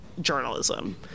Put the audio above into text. journalism